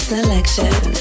Selection